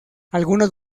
algunos